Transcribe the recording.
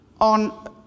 on